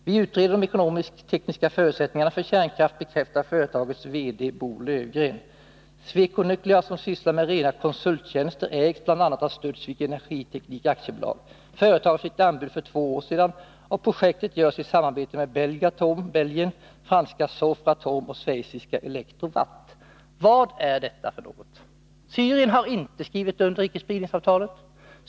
Vi utreder de ekonomisk-tekniska förutsättningarna för kärnkraft, bekräftar företagets VD Bo Löfgren. Sweconuclear som sysslar med rena konsulttjänster ägs bland annat av Studsvik Energiteknik AB. Företaget fick anbudet för två år sedan och projektet görs i samarbete med Belgatom, Belgien, franska Sofratom och schweiziska Electro-Watt.” Vad är detta? Syrien har inte skrivit under icke-spridningsavtalet.